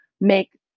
make